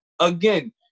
Again